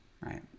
right